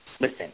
listen